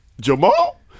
Jamal